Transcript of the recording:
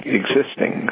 existing